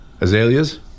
azaleas